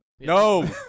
No